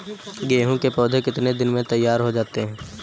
गेहूँ के पौधे कितने दिन में तैयार हो जाते हैं?